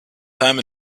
time